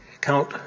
count